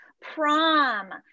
prom